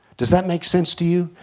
does that make sense to you?